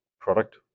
product